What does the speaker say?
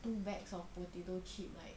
two bags of potato chip like